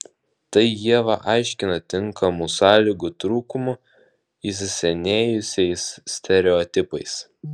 tai ieva aiškina tinkamų sąlygų trūkumu įsisenėjusiais stereotipais